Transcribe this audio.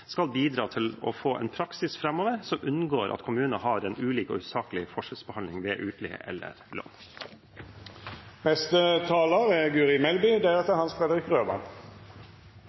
skal bidra til å få en praksis framover der man unngår at kommuner har ulik og usaklig forskjellsbehandling ved utleie eller utlån. Det er